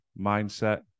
Mindset